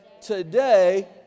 today